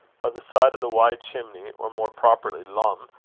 by the side of the wide chimney, or more properly lum,